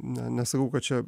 ne nesakau kad čia